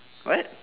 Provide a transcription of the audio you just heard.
what